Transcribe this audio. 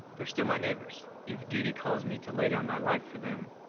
they're still my neighbors. if duty calls me to lay down my life for them,